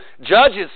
judges